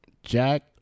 Jack